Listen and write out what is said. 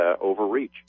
overreach